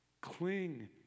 Cling